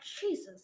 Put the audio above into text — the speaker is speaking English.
Jesus